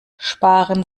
sparen